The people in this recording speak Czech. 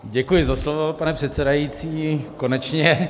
Děkuji za slovo, pane předsedající, konečně.